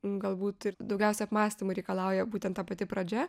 galbūt ir daugiausiai apmąstymų reikalauja būtent ta pati pradžia